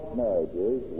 marriages